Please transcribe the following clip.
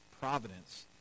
providence